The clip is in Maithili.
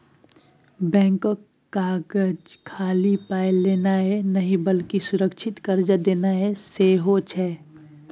बैंकक काज खाली पाय लेनाय नहि बल्कि सुरक्षित कर्जा देनाय सेहो छै